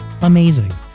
amazing